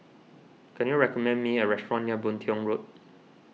can you recommend me a restaurant near Boon Tiong Road